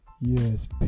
Yes